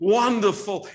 wonderful